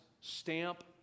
stamp